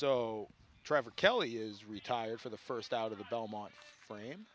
so trevor kelly is retired for the first out of the belmont flame